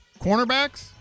cornerbacks—